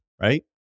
right